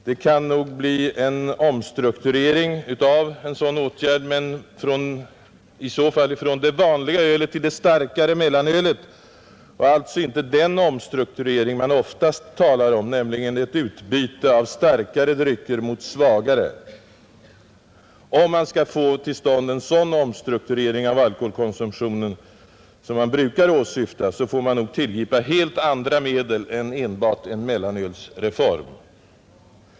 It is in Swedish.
Det kan nog bli en omstrukturering av en sådan åtgärd men i så fall från det vanliga ölet till det starkare mellanölet och alltså inte den omstrukturering man oftast talar om, nämligen ett utbyte av starkare drycker mot svagare. Om man skall få till stånd en sådan omstrukturering av ölkonsumtionen som man brukar åsyfta, får man nog tillgripa helt andra medel än enbart en mellanölsreform.